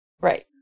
Right